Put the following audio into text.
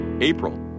April